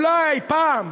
אולי פעם,